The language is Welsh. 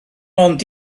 ond